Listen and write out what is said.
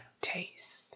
taste